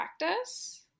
practice